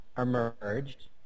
emerged